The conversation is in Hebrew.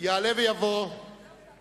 והטכנולוגיה, להצהיר הצהרת אמונים.